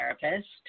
therapist